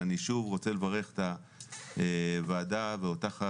אני רוצה לברך שוב את הוועדה, ואותך היושבת-ראש,